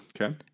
Okay